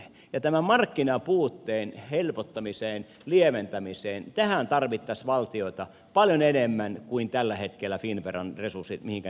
ja tähän markkinapuutteen helpottamiseen lieventämiseen tarvittaisiin valtiota paljon enemmän kuin mihinkä tällä hetkellä finnveran resurssit riittävät